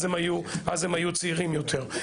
אז הם היו צעירים יותר.